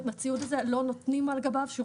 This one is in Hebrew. ההגדרה הזאת מזהה מנוי כמי שיש לו איזו שהיא התקשרות